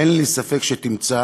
אין לי ספק שתמצא